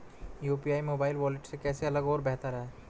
UPI mobile wallet से कैसे अलग और बेहतर है?